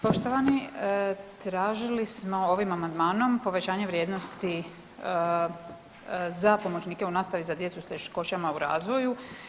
Poštovani, tražili smo ovim amandmanom povećanje vrijednosti za pomoćnike u nastavi za djecu s teškoćama u razvoju.